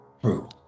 true